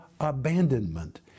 abandonment